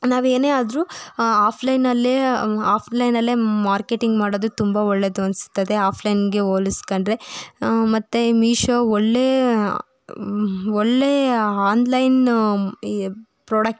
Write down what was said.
ನಾವೇನೇ ಆದರೂ ಆ ಆಫ್ಲೈನಲ್ಲೇ ಆಫ್ಲೈನಲ್ಲೇ ಮಾರ್ಕೆಟಿಂಗ್ ಮಾಡೋದು ತುಂಬ ಒಳ್ಳೆಯದು ಅನಿಸ್ತದೆ ಆಫ್ಲೈನ್ಗೆ ಹೋಲಸ್ಕಂಡ್ರೆ ಮತ್ತು ಮಿಶೋ ಒಳ್ಳೆಯ ಒಳ್ಳೆಯ ಆನ್ಲೈನ್ ಈ ಪ್ರಾಡಕ್ಟ್